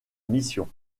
mission